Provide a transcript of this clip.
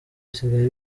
bisigaye